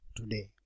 today